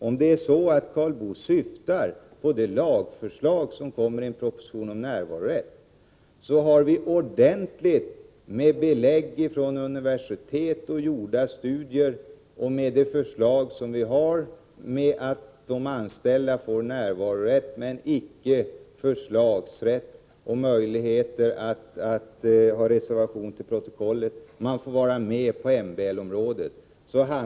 Om Karl Boo syftar på det förslag som kommer i en proposition om närvarorätt för de anställda, vill jag säga att vi har ordentligt med belägg för — från universitet och gjorda studier — att här handlar det verkligen om att värna om den politiska demokratin men samtidigt också värna om personalens inflytande. Förslaget innefattar närvarorätt men inte förslagsrätt och möjlighet att avge reservation till protokollet; personalen får vara med på MBL-området.